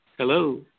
Hello